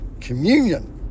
communion